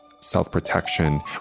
self-protection